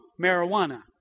marijuana